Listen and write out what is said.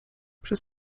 przez